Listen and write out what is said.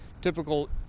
typical